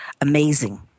amazing